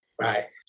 Right